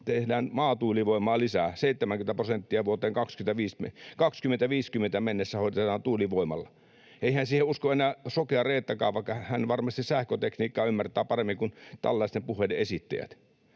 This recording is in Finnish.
tehdään maatuulivoimaa lisää, 70 prosenttia vuoteen 2050 mennessä hoidetaan tuulivoimalla. Eihän siihen usko enää sokea Reettakaan, vaikka hän varmasti sähkötekniikkaa ymmärtää paremmin kuin tällaisten puheiden esittäjät.